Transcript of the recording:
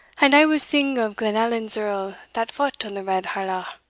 and i will sing of glenallan's earl that fought on the red harlaw.